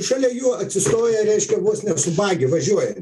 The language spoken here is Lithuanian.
šalia jų atsistoja reiškia vos ne su bagiu važiuoja